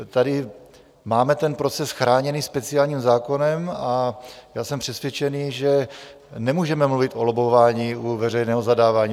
Tady máme ten proces chráněný speciálním zákonem a já jsem přesvědčen, že nemůžeme mluvit o lobbování u veřejného zadávání.